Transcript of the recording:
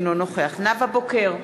אינו נוכח נאוה בוקר,